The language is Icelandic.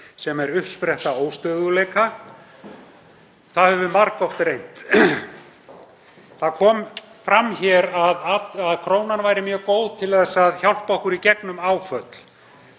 sem er uppspretta óstöðugleika. Það höfum við margoft reynt. Hér kom fram að krónan væri mjög góð til að hjálpa okkur í gegnum áföll.